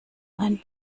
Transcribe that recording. ein